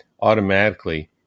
automatically